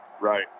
Right